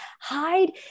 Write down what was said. hide